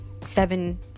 Seven